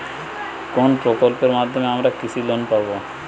কোন প্রকল্পের মাধ্যমে আমরা কৃষি লোন পাবো?